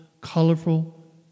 colorful